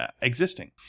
existing